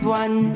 one